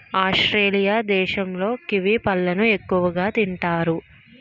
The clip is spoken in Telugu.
ఆస్ట్రేలియా దేశంలో కివి పళ్ళను ఎక్కువగా తింతారు